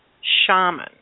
shaman